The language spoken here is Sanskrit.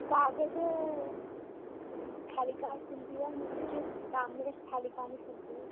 कागदं स्थालिकाः सन्ति वा नो चेत् ताम्रस्थालिकानि सन्ति वा